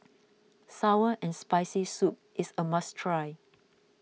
Sour and Spicy Soup is a must try